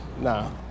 No